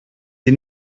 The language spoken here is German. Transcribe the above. sie